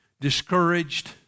discouraged